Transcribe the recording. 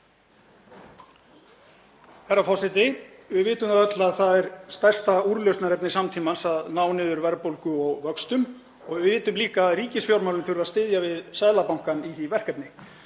Herra forseti. Við vitum það öll að það er stærsta úrlausnarefni samtímans að ná niður verðbólgu og vöxtum og við vitum líka að ríkisfjármálin þurfa að styðja við Seðlabankann í því verkefni.